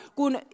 kun